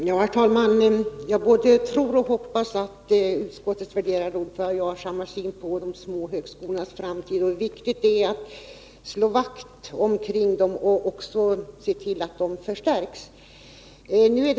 Herr talman! Jag både tror och hoppas att utskottets värderade ordförande och jag har samma syn på de små högskolornas framtid och på hur viktigt det är att slå vakt om dem och se till att de förstärks.